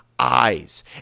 eyes